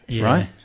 Right